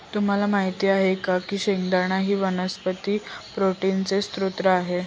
तुम्हाला माहित आहे का की शेंगदाणा ही वनस्पती प्रोटीनचे स्त्रोत आहे